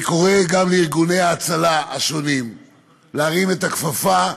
אני קורא גם לארגוני ההצלה השונים להרים את הכפפה,